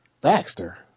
Baxter